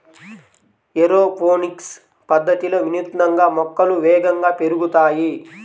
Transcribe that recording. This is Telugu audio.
ఏరోపోనిక్స్ పద్ధతిలో వినూత్నంగా మొక్కలు వేగంగా పెరుగుతాయి